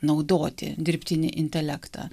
naudoti dirbtinį intelektą